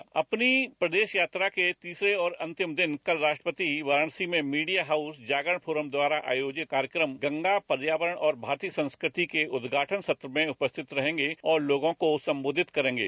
कल अपनी प्रदेश यात्रा के अंतिम दिन राष्ट्रपति वाराणसी में मीडिया हाउस जागरण फोरम द्वारा आयोजित कार्यक्रम गंगा पर्यावरण और भारतीय संस्कृति के उद्घाटन सत्र में उपस्थित रहेंगे और लोगों को संबोधित करेंगे